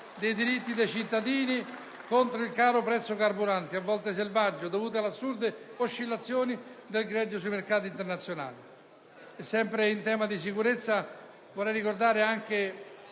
dei diritti dei cittadini contro il caro prezzo carburanti, a volte selvaggio, dovuto alle assurde oscillazioni del greggio sui mercati internazionali. Sempre in tema di sicurezza e a difesa della